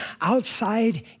outside